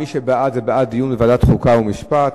מי שבעד, הוא בעד דיון בוועדת החוקה, חוק ומשפט,